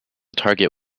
target